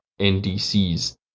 NDCs